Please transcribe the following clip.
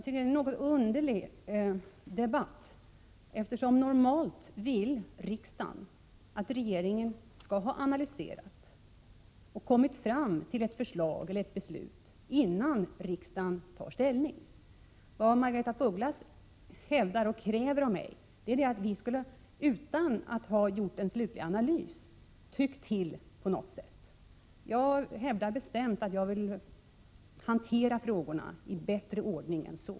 Det är en något underlig debatt. Normalt vill riksdagen att regeringen skall ha analyserat frågorna och kommit fram till ett förslag till beslut innan riksdagen tar ställning. Vad Margaretha af Ugglas kräver av mig är att vi, utan att ha gjort en slutlig analys, skulle ha haft en uppfattning. Jag hävdar bestämt att jag vill hantera frågorna i bättre ordning än så!